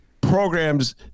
programs